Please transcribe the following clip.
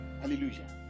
Hallelujah